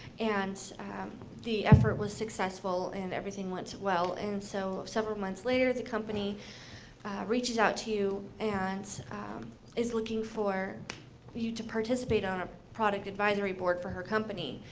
and the effort was successful, and everything went well. and so several months later the company reaches out to you, and is looking for you to participate on a product advisory board for her company.